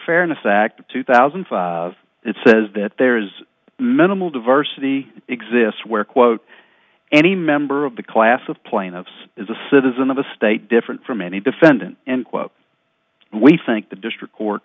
fairness act of two thousand and five it says that there is minimal diversity exists where quote any member of the class of plaintiffs is a citizen of a state different from any defendant and quote we think the district